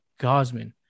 Gosman